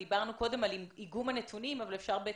דיברנו קודם על איגום הנתונים, אבל אפשר גם